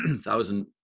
thousand